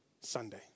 Sunday